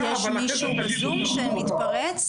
וגם לתחומים אחרים במדינת ישראל.